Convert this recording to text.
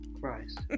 Christ